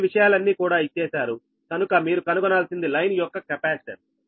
ఈ విషయాలన్నీ కూడా ఇచ్చేశారు కనుక మీరు కనుగొనాల్సిoది లైన్ యొక్క కెపాసిటెన్స్